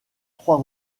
trois